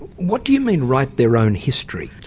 what do you mean, write their own history?